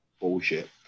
bullshit